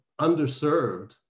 underserved